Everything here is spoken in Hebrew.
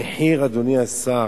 המחיר, אדוני השר,